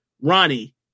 Ronnie